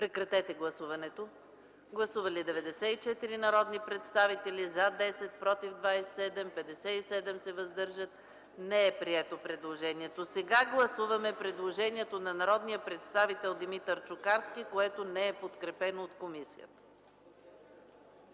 Моля, гласувайте. Гласували 94 народни представители: за 10, против 27, въздържали се 57. Не е прието предложението. Гласуваме предложението на народния представител Димитър Чукарски, което не е подкрепено от комисията.